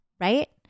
right